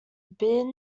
bain